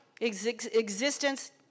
existence